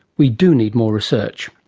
we do need more research.